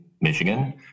Michigan